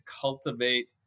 cultivate